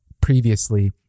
previously